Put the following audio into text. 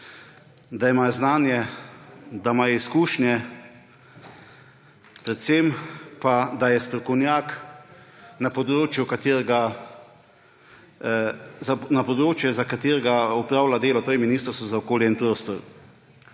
da ima znanje, da ima izkušnje, predvsem pa, da je strokovnjak na področju, za katerega opravlja delo, to je Ministrstvo za okolje in prostor.